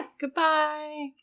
Goodbye